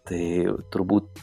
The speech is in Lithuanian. tai turbūt